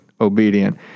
obedient